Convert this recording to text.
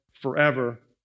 forever